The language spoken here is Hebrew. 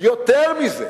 ויותר מזה,